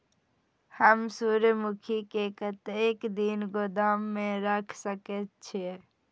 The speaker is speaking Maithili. हम सूर्यमुखी के कतेक दिन गोदाम में रख सके छिए?